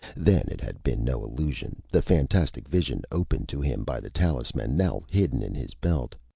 then it had been no illusion, the fantastic vision opened to him by the talisman now hidden in his belt!